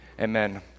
Amen